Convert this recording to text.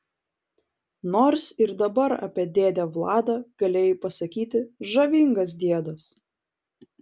nors ir dabar apie dėdę vladą galėjai pasakyti žavingas diedas